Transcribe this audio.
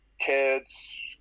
kids